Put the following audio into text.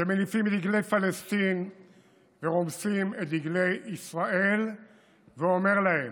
שמניפים דגלי פלסטין ורומסים את דגלי ישראל ואומר להם: